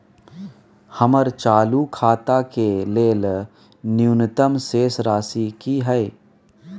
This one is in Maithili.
हमर चालू खाता के लेल न्यूनतम शेष राशि की हय?